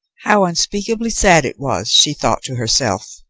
how unspeakably sad it was, she thought to herself,